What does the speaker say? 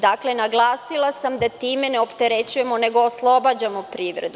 Dakle, naglasila sam da time ne opterećujemo, nego oslobađamo privredu.